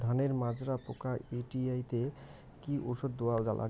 ধানের মাজরা পোকা পিটাইতে কি ওষুধ দেওয়া লাগবে?